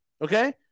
Okay